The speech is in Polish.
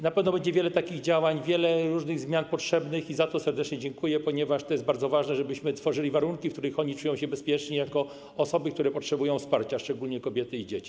Na pewno będzie wiele takich działań, wiele różnych zmian potrzebnych i za to serdecznie dziękuję, ponieważ to jest bardzo ważne, żebyśmy tworzyli warunki, w których oni czują się bezpiecznie jako osoby, które potrzebują wsparcia, szczególnie kobiety i dzieci.